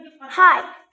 Hi